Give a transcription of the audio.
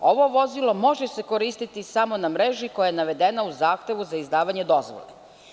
Ovo vozilo može se koristiti samo na mreži koja je navedena u zahtevu za izdavanje dozvole.